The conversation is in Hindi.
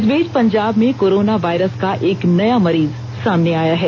इसे बीच पंजाब में कोरोना वायरस का एक नया मरीज सामने आया है